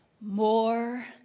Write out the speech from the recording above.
more